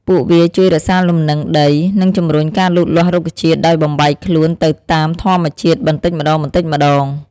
ពួកវាជួយរក្សាលំនឹងដី និងជំរុញការលូតលាស់រុក្ខជាតិដោយបំបែកខ្លួនទៅតាមធម្មជាតិបន្តិចម្តងៗ។